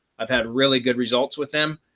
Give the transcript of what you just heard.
i've had really good results with them.